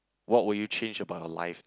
what would you change about your life lah